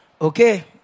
Okay